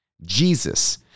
jesus